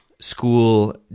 school